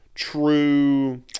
True